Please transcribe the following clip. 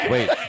Wait